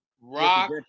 Rock